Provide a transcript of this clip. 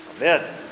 amen